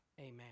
Amen